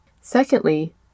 secondly